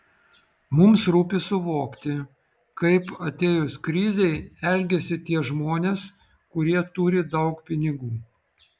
mums rūpi suvokti kaip atėjus krizei elgiasi tie žmonės kurie turi daug pinigų